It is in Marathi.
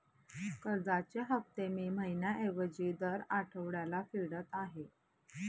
कर्जाचे हफ्ते मी महिन्या ऐवजी दर आठवड्याला फेडत आहे